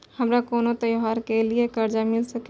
हमारा कोनो त्योहार के लिए कर्जा मिल सकीये?